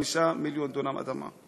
5 מיליון דונם אדמה.